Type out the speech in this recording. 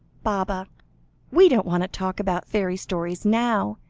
baba we don't want to talk about fairy stories now,